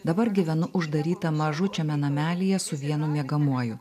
dabar gyvenu uždaryta mažučiame namelyje su vienu miegamuoju